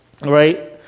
Right